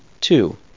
Two